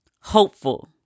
hopeful